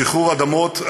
שחרור אדמות,